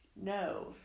no